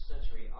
century